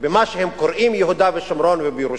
במה שהם קוראים יהודה ושומרון ובירושלים.